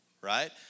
right